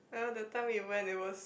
uh the time we went it was